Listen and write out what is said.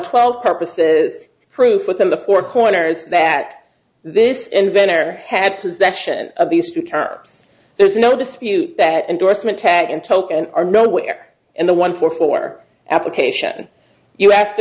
twelve purposes proof within the four corners that this inventor had possession of these two terms there's no dispute that endorsement tag and token are nowhere in the one for four application you asked